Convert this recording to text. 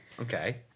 Okay